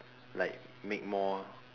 like make more